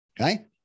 okay